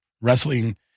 wrestling